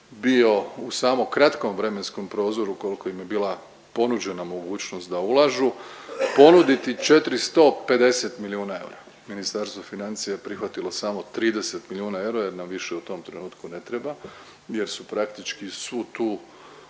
bio u samo kratkom vremenskom prozoru ukoliko im je bila ponuđena mogućnost da ulažu ponuditi 450 milijuna eura. Ministarstvo financija je prihvatilo samo 30 milijuna eura, jer nam više u tom trenutku ne treba jer su praktički svu tu